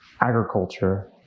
agriculture